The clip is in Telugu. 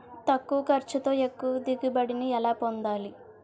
తక్కువ ఖర్చుతో ఎక్కువ దిగుబడి ని ఎలా పొందాలీ?